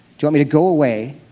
want me to go away?